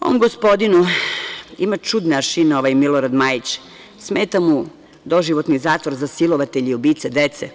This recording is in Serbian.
Ovaj gospodin ima čudne aršine, ovaj Milorad Majić, smeta mu doživotni zatvor za silovatelje i ubice dece,